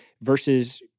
versus